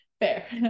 Fair